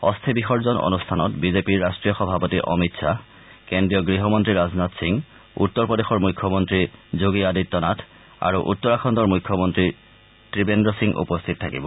অস্থি বিসৰ্জন অনুষ্ঠানত বিজেপিৰ ৰাষ্টীয় সভাপতি অমিত শ্বাহ কেন্দ্ৰীয় গ্ৰহমন্ত্ৰী ৰাজনাথ সিং উত্তৰ প্ৰদেশৰ মুখ্যমন্ত্ৰী যোগী আদিত্যনাথ আৰু উত্তৰাখণ্ডৰ মুখ্যমন্ত্ৰী ত্ৰিবেদ্ৰ সিং উপস্থিত থাকিব